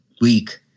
week